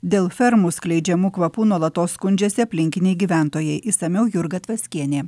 dėl fermų skleidžiamų kvapų nuolatos skundžiasi aplinkiniai gyventojai išsamiau jurga tvaskienė